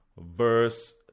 verse